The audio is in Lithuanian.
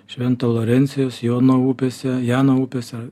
švento laurencijaus jono upėse jano upėse